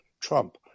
Trump